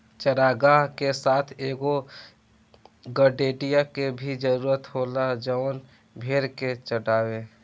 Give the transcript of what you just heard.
चारागाह के साथ एगो गड़ेड़िया के भी जरूरत होला जवन भेड़ के चढ़ावे